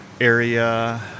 area